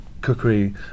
cookery